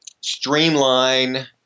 streamline